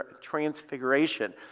Transfiguration